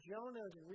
Jonah's